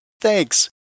Thanks